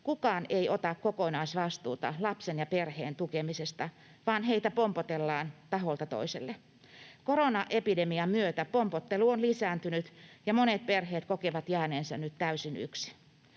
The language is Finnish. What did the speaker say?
kukaan ei ota kokonaisvastuuta lapsen ja perheen tukemisesta, vaan heitä pompotellaan taholta toiselle. Koronaepidemian myötä pompottelu on lisääntynyt, ja monet perheet kokevat jääneensä nyt täysin yksin.